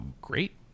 great